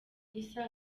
gisa